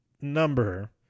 number